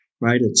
right